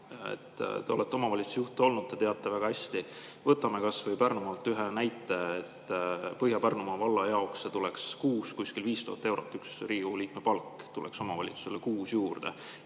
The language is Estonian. Te olete omavalitsusjuht olnud, te teate seda väga hästi. Võtame kas või Pärnumaalt ühe näite. Põhja-Pärnumaa valla jaoks tuleks kuus lisaks umbes 5000 eurot. Üks Riigikogu liikme palk tuleks omavalitsustele kuus juurde,